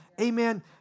amen